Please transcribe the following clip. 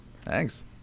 Thanks